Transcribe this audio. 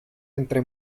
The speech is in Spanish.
entre